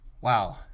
Wow